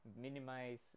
minimize